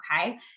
okay